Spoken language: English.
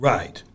Right